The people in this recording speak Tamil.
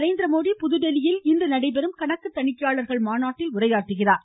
நரேந்திரமோடி புதுதில்லியில் இன்று நடைபெறும் கணக்கு தணிக்கையாளர்கள் மாநாட்டில் உரையாற்றுகிறார்